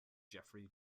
jeffrey